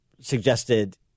suggested –